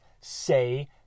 say